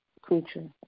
creature